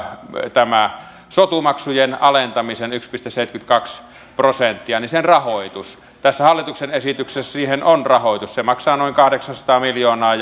tämä sotumaksujen alentamisen yksi pilkku seitsemänkymmentäkaksi prosenttia sen rahoitus tässä hallituksen esityksessä siihen on rahoitus se maksaa noin kahdeksansataa miljoonaa